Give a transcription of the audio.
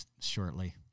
shortly